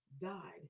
died